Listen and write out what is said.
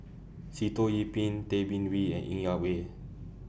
Sitoh Yih Pin Tay Bin Wee and Ng Yak Whee